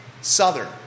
Southern